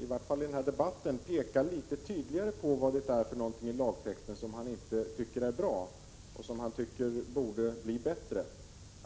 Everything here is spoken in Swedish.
i vart fall i den här debatten, peka litet tydligare på vad det är i lagtexten som han inte tycker är bra och som han anser borde bli bättre.